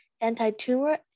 anti-tumor